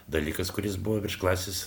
dalykas kuris buvo virš klasės